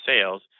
sales